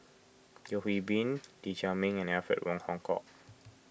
Yeo Hwee Bin Lee Chiaw Meng and Alfred Wong Hong Kwok